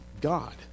God